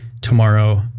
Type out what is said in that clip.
tomorrow